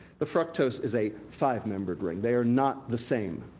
the fructose is a five membered ring. they are not the same.